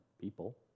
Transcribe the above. people